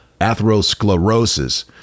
atherosclerosis